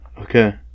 Okay